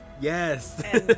Yes